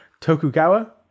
Tokugawa